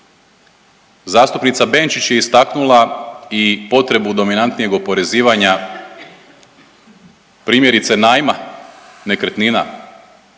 Zastupnica Benčić je istaknula i potrebu dominantnijeg oporezivanja primjerice najma nekretnina,